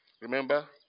Remember